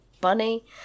bunny